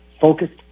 focused